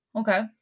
Okay